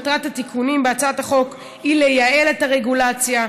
מטרת התיקונים בהצעת החוק היא לייעל את הרגולציה,